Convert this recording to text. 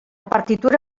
partitura